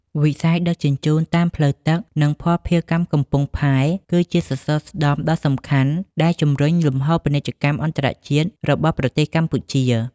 វិស័យដឹកជញ្ជូនតាមផ្លូវទឹក និងភស្តុភារកម្មកំពង់ផែ គឺជាសសរស្តម្ភដ៏សំខាន់ដែលជំរុញលំហូរពាណិជ្ជកម្មអន្តរជាតិរបស់ប្រទេសកម្ពុជា។